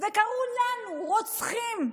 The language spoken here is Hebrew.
וקראו לנו "רוצחים",